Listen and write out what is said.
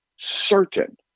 certain